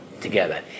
together